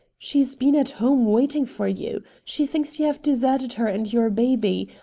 she's been at home waiting for you. she thinks you have deserted her and your baby.